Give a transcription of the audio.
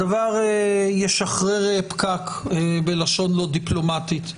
הדבר ישחרר פקק, בלשון לא דיפלומטית,